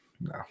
No